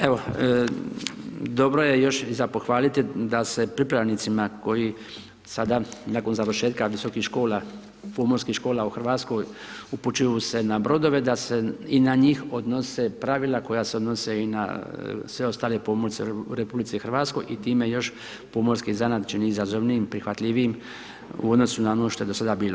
Evo, dobro je još za pohvaliti da se pripravnicima koji sada nakon završetka visokih škola, pomorskih škola u Hrvatskoj, upućuju se na brodove, da se i na njih odnose pravila koja se odnose i na sve ostale pomorce u RH i time još pomorski zanat čini izazovnijim, prihvatljivijim u odnosu na ono što je do sada bilo.